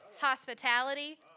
hospitality